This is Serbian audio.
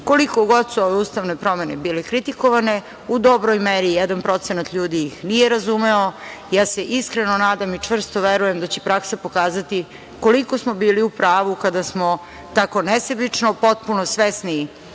Koliko god su ove ustavne promene bile kritikovane, u dobroj meri jedan procenat ljudi ih nije razumeo, a ja se iskreno nadam i čvrsto verujem da će praksa pokazati koliko smo bili u pravu kada smo tako nesebično, potpuno svesni